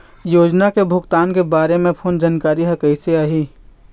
योजना के भुगतान के बारे मे फोन जानकारी हर कइसे आही?